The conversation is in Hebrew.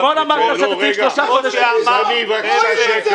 אתמול אמרת שאתה צריך --- שקט בבקשה.